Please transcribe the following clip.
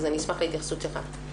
אז אני אשמח להתייחסות שלך.